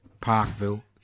Parkville